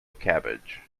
cabbage